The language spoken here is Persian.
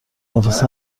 نفس